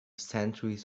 centuries